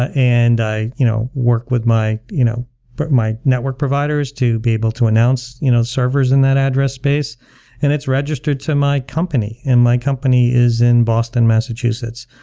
ah and i you know work with my you know but my network providers to be able to announce you know servers in that address space and it's registered to my company, and my company is in boston, massachusetts.